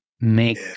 make